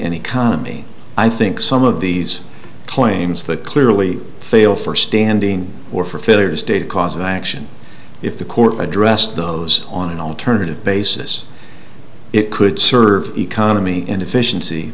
and economy i think some of these claims that clearly fail for standing or for failure state cause of action if the court addressed those on an alternative basis it could serve economy and efficiency